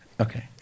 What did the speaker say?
Okay